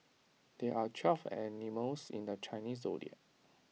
there are twelve animals in the Chinese Zodiac